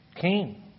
Cain